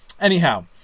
Anyhow